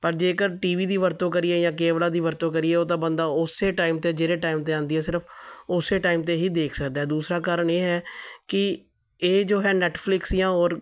ਪਰ ਜੇਕਰ ਟੀਵੀ ਦੀ ਵਰਤੋਂ ਕਰੀਏ ਜਾਂ ਕੇਬਲਾਂ ਦੀ ਵਰਤੋਂ ਕਰੀਏ ਉਹ ਤਾਂ ਬੰਦਾ ਉਸੇ ਟਾਈਮ 'ਤੇ ਜਿਹੜੇ ਟਾਈਮ 'ਤੇ ਆਉਂਦੀ ਹੈ ਸਿਰਫ ਉਸੇ ਟਾਈਮ 'ਤੇ ਹੀ ਦੇਖ ਸਕਦਾ ਦੂਸਰਾ ਕਾਰਨ ਇਹ ਹੈ ਕਿ ਇਹ ਜੋ ਹੈ ਨੈੱਟਫਲਿਕਸ ਜਾਂ ਹੋਰ